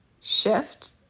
shift